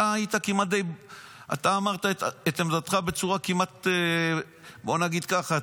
אתה אמרת את עמדתך בצורה כמעט, בוא נגיד ככה,